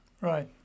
Right